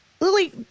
Lily